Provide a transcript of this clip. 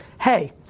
Hey